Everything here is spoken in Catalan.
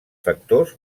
factors